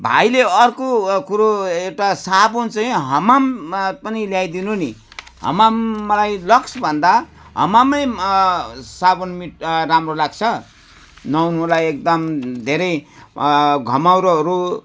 भाइले अर्को कुरो एउटा साबुन चाहिँ हमाममा पनि ल्याइदिनु नि हमाम मलाई लक्सभन्दा हमामै साबुन मि राम्रो लाग्छ नुहाउनुलाई एकदम धेरै घमौरोहरू